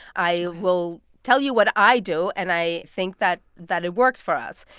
i will tell you what i do, and i think that that it works for us.